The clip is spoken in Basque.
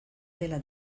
dela